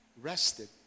rested